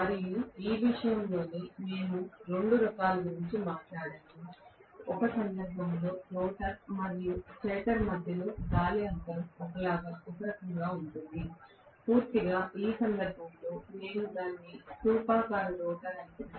మరియు ఈ విషయంలోనే మేము రెండు రకాలు గురించి మాట్లాడాము ఒక సందర్భంలో రోటర్ మరియు స్టేటర్ మధ్యలో గాలి అంతరం ఒకే రకంగా ఉంటుంది పూర్తిగా ఈ సందర్భంలో మేము దానిని స్థూపాకార రోటర్ అని పిలుస్తాము